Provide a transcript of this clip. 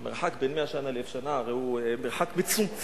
המרחק בין 100 שנה ל-1,000 שנה הרי הוא מרחק מצומצם.